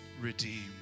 redeemed